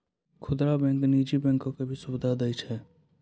खुदरा बैंक नीजी बैंकिंग के भी सुविधा दियै छै